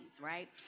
right